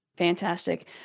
fantastic